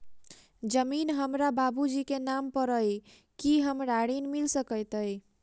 जमीन हमरा बाबूजी केँ नाम पर अई की हमरा ऋण मिल सकैत अई?